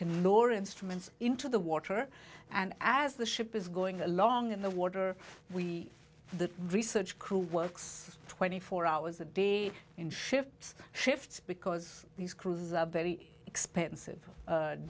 or instruments into the water and as the ship is going along in the water we the research crew works twenty four hours a day in shifts shifts because these crews are very expensive